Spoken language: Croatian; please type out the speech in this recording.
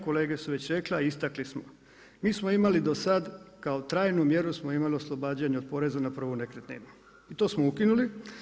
Kolege su već rekle, a istakli smo, mi smo imali do sada kao trajnu mjeru smo imali oslobađanje od poreza na prvu nekretninu i to smo ukinuli.